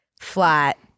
flat